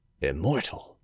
immortal